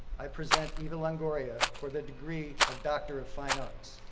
i present eva longoria for the degree of doctor of fine arts.